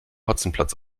hotzenplotz